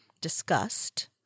discussed